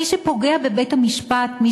מי שפוגע בבית-המשפט פוגע בבית-המשפט,